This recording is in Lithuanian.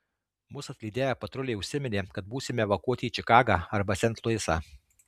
mus atlydėję patruliai užsiminė kad būsime evakuoti į čikagą arba sent luisą